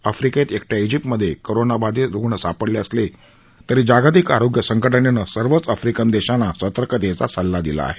आफ्रिकेत एकट्या इजिप्तमधे कोरोना बाधित रुग्ण सापडले असले तरीही जागतिक आरोग्य संघटनेनं सर्वच आफ्रिकन देशांना सतर्कतेचा सल्ला दिला आहे